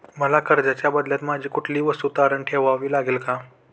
मला कर्जाच्या बदल्यात माझी कुठली वस्तू तारण ठेवावी लागेल का?